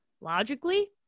logically